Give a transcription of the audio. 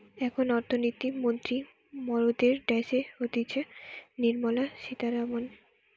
এখন অর্থনীতি মন্ত্রী মরদের ড্যাসে হতিছে নির্মলা সীতারামান